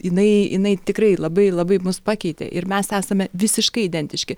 jinai jinai tikrai labai labai mus pakeitė ir mes esame visiškai identiški